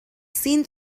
seen